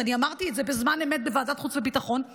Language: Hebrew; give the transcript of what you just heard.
ואני אמרתי את זה בזמן אמת בוועדת חוץ וביטחון,